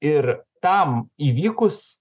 ir tam įvykus